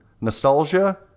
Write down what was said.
Nostalgia